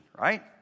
right